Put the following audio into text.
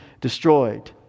destroyed